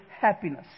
happiness